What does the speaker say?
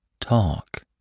Talk